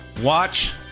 Watch